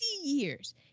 years